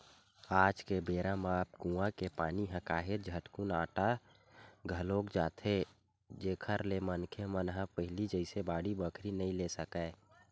आज के बेरा म अब कुँआ के पानी ह काहेच झटकुन अटा घलोक जाथे जेखर ले मनखे मन ह पहिली जइसे बाड़ी बखरी नइ ले सकय